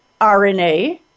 RNA